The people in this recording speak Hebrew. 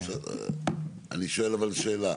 אני שואל אבל שאלה.